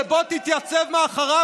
שבו תתייצב מאחוריו